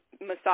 massage